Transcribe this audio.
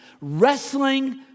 Wrestling